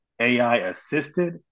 AI-assisted